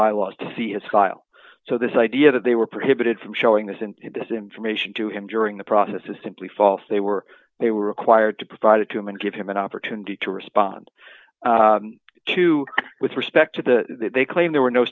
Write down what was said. by laws to see is file so this idea that they were prohibited from showing this in this information to him during the process is simply false they were they were required to provide it to him and give him an opportunity to respond to with respect to the they claim there were no